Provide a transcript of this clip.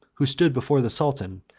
who stood before the sultan,